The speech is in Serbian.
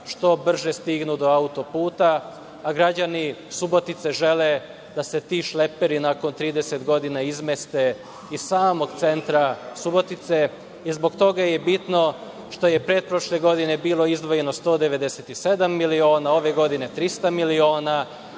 što brže stignu do autoputa, a građani Subotice žele da se ti šleperi nakon 30 godina izmeste iz samog centra Subotice. Zbog toga je bitno što je pretprošle godine bilo izdvojeno 197 miliona, ove godine 300 miliona,